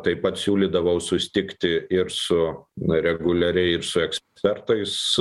taip pat siūlydavau susitikti ir su na reguliariai ir su ekspertais